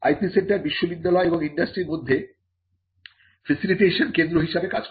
IP centre বিশ্ববিদ্যালয় এবং ইন্ডাস্ট্রির মধ্যে ফেসিলিটেশন কেন্দ্র হিসেবে কাজ করে